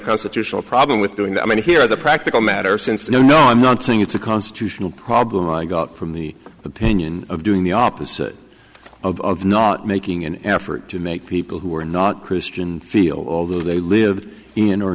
constitutional problem with doing that i mean here as a practical matter since no no i'm not saying it's a constitutional problem i got from the opinion of doing the opposite of not making an effort to make people who are not christian feel although they live in or